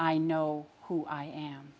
i know who i am